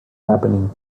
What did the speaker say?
happening